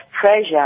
pressure